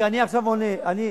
אבל, אדוני השר,